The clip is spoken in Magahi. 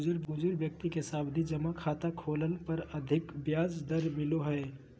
बुजुर्ग व्यक्ति के सावधि जमा खाता खोलय पर अधिक ब्याज दर मिलो हय